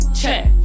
check